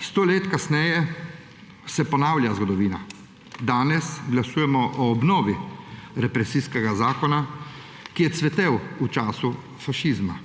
100 let kasneje se ponavlja zgodovina. Danes glasujemo o obnovi represijskega zakona, ki je cvetel v času fašizma.